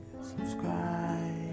subscribe